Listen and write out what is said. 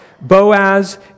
Boaz